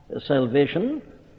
salvation